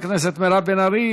תודה לחברת הכנסת מירב בן ארי.